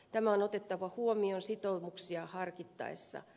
tämä on otettava huomioon sitoumuksia harkittaessa